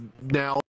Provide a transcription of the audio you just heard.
now